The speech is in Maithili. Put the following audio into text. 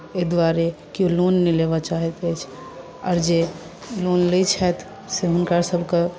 एहि दुआरे केओ लोन नहि लेबय चाहैत रहैत छथि आओर जे लोन लैत छथि से हुनकर सभके